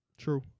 True